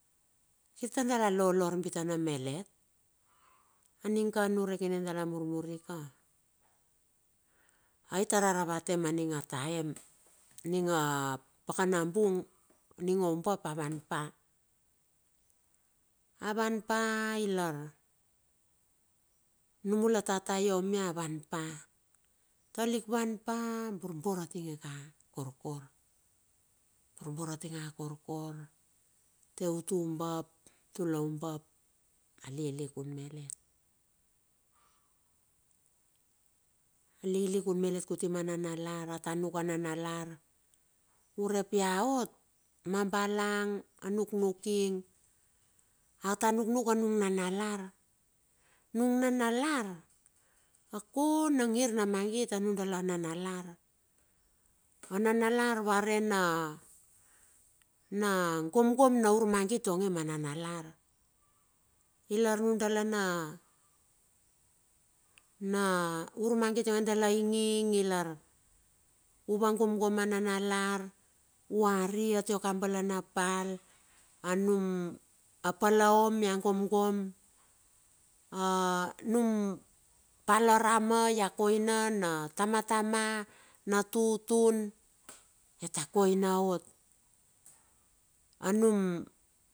Kirtar dala lolo arbitane malet, aning ka niurek ininge dala murmuri ka. Ai tar a ra vate ma aning a taem. Aninga pakanabung. aning oumap avan pa. avan pa ilar. numula tataio avanpa. talik van pa. borbor ating eka korkor. Teut umbap, tulo umbap, alilikun malet, alilikun malet kuti ma nanalar, ata nuk ananalar. Urep ia ot ma balang anuknuking, ata nuknuk anung nanalar nung nanalar, akona ngir na mangit anundala nanalar. Ananalar vare na, na gomgom na urmangit onge ma nanalar, ilar nundala na, na urmangit ionge dala inging ilar, uvangomgom ananalar, uariatuoka balanapal, anum, a polohom ia gomgom, anum pala rama, ia koina na tamatama, na tutun iata koinaot anum.